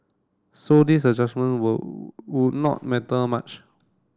so this adjustment would not matter much